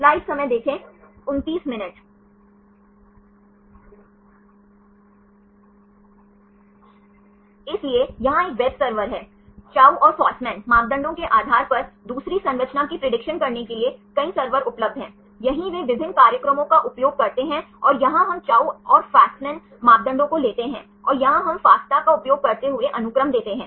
इसलिए यहाँ एक वेबसर्वर है चाउ और फ़स्मान मापदंडों के आधार पर दूसरी संरचना की प्रेडिक्शन करने के लिए कई सर्वर उपलब्ध हैं यहीं वे विभिन्न कार्यक्रमों का उपयोग करते हैं और यहाँ हम चाउ और फ़स्मान मापदंडों को लेते हैं और यहाँ हम फास्टै का उपयोग करते हुए अनुक्रम देते हैं